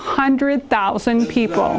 hundred thousand people